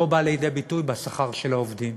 זה לא בא לידי ביטוי בשכר של העובדים.